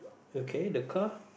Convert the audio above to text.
okay the car